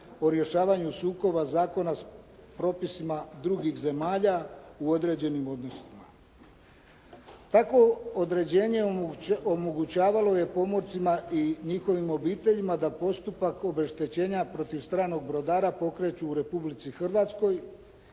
o rješavanju sukoba zakona s propisima drugih zemalja u određenim odnosima. Takvo određenje omogućavalo je pomorcima i njihovim obiteljima da postupak obeštećenja protiv stranog brodara pokreću u Republici Hrvatskoj